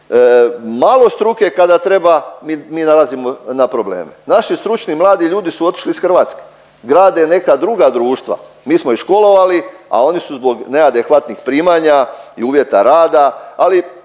malo struke kada treba, mi nailazimo na probleme. Naši stručni mladi ljudi su otišli iz Hrvatske, grade neka druga društva, mi smo ih školovali, a oni su zbog neadekvatnih primanja i uvjeta rada ali